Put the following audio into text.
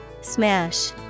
Smash